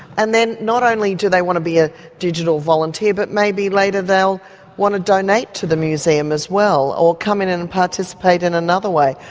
and not only do they want to be a digital volunteer, but maybe later they'll want to donate to the museum as well, or come in and participate in another way,